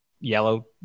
yellow